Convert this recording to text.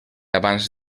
abans